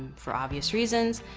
for obvious reasons.